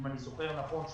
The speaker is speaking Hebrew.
אם אני זוכר נכון,